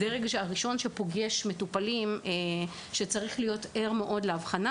הם הדרג הראשון שצריך להיות ער להבחנה